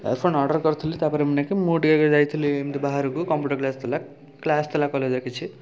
earphone order କରିଥିଲି ତା'ପରେ ମୁଁ ନାଇଁକି ମୁଁ ଟିକିଏ ଯାଇଥିଲି ଏମିତି ବାହାରକୁ କମ୍ପ୍ୟୁଟର କ୍ଲାସ୍ ଥିଲା କ୍ଲାସ୍ ଥିଲା କଲେଜରେ କିଛି